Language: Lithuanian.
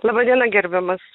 laba diena gerbiamas